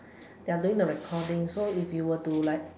they are doing the recording so if you were to like